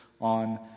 on